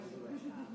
מברך.